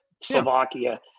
Slovakia